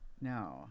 no